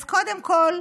אז קודם כול,